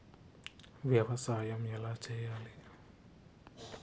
వ్యవసాయం ఎలా చేయాలి?